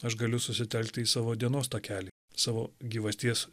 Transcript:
aš galiu susitelkti į savo dienos takelį savo gyvasties